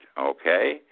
okay